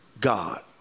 God